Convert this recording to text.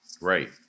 Right